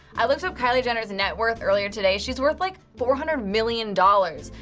i looked up kylie jenner's and net worth earlier today, she's worth like four hundred million dollars.